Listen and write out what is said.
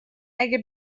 اگه